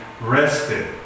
rested